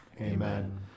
Amen